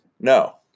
no